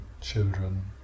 children